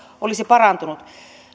olisi parantunut